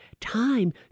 time